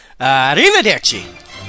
Arrivederci